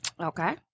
Okay